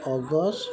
August